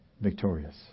victorious